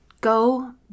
Go